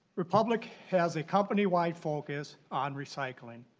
republic has a company wide focu s on recycling.